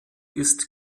ist